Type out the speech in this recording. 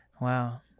Wow